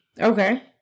Okay